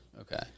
Okay